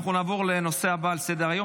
אנחנו נעבור לנושא הבא על סדר-היום,